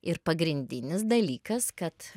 ir pagrindinis dalykas kad